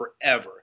forever